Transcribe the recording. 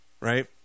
right